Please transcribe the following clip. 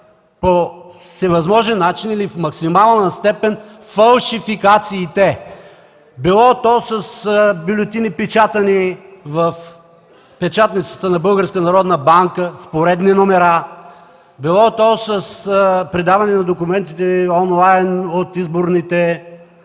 по всевъзможен начин и в максимална степен фалшификациите било то с бюлетини, печатани в печатницата на Българска народна банка с поредни номера, било то с предаване на документите онлайн от изборните